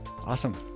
Awesome